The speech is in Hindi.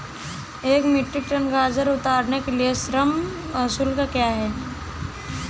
एक मीट्रिक टन गाजर उतारने के लिए श्रम शुल्क क्या है?